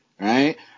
Right